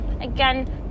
again